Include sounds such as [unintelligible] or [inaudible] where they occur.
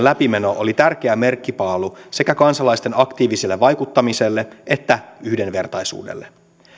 [unintelligible] läpimeno oli tärkeä merkkipaalu sekä kansalaisten aktiiviselle vaikuttamiselle että yhdenvertaisuudelle